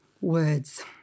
words